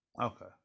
Okay